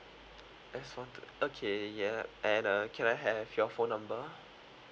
S one two okay yeah and uh can I have your phone number